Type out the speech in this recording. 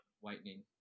whitening